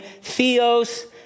Theos